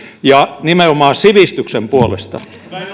ja nimenomaan sivistyksen puolesta